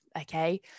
okay